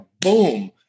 boom